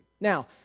Now